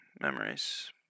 memories